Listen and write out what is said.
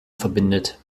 verbindet